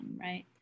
right